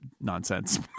nonsense